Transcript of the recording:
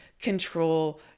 control